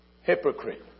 hypocrite